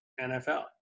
NFL